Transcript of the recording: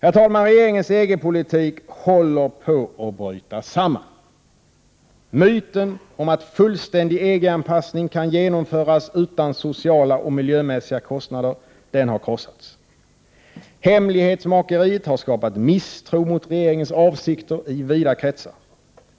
Herr talman! Regeringens EG-politik håller på att bryta samman. Myten om att fullständig EG-anpassning kan genomföras utan sociala och miljömässiga kostnader har krossats. Hemlighetsmakeriet har skapat misstro mot regeringens avsikter i vida kretsar.